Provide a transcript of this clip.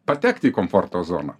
patekti į komforto zoną